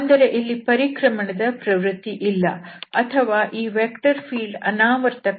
ಅಂದರೆ ಇಲ್ಲಿ ಪರಿಕ್ರಮಣ ದ ಪ್ರವೃತ್ತಿ ಇಲ್ಲ ಅಥವಾ ಈ ವೆಕ್ಟರ್ ಫೀಲ್ಡ್ ಅನಾವರ್ತಕ